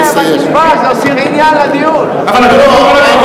כן, אבל משפט,